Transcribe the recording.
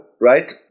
right